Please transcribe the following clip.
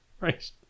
right